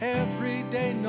everyday